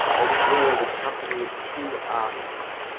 as it were the company of two armies